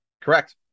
Correct